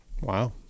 wow